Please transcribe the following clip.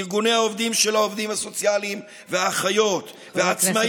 וארגוני העובדים של העובדים הסוציאליים והאחיות והעצמאים,